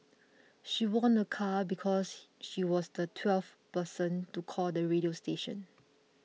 she won a car because she was the twelfth person to call the radio station